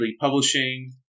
Publishing